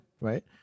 right